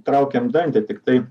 traukiant dantį tiktai